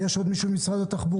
יש עוד מישהו ממשרד התחבורה?